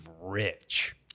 rich